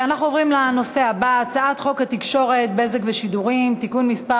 אנחנו עוברים לנושא הבא: הצעת חוק התקשורת (בזק ושידורים) (תיקון מס'